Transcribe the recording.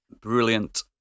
brilliant